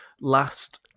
Last